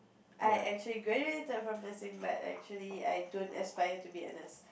I actually graduated from nursing but actually I don't aspire to be a nurse